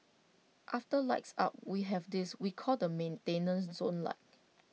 after lights out we have this we call the maintenance zone light